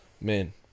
man